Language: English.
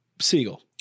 Siegel